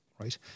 right